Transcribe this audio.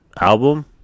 album